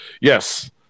Yes